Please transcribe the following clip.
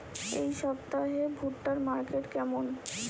এই সপ্তাহে ভুট্টার মার্কেট কেমন?